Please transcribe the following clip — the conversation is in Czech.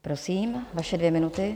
Prosím, vaše dvě minuty.